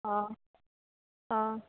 অঁ অঁ